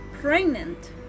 pregnant